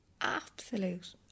absolute